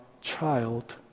child